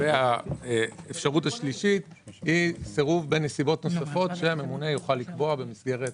האפשרות השלישית היא סירוב בנסיבות נוספות שהממונה יוכל לקבוע במסגרת